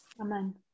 Amen